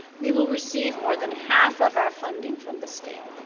we will receive more than half of our funding from the state.